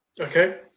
Okay